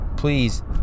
please